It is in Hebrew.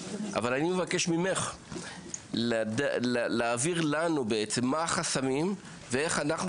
אבל אני מבקש ממך להעביר לנו בעצם מה החסמים ואיך אנחנו